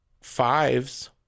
fives